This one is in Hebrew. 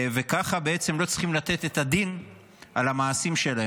וככה בעצם הם לא צריכים לתת את הדין על המעשים שלהם.